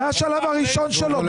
זה השלב הראשון שלו.